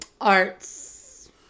Arts